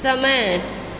समय